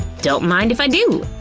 don't mind if i do.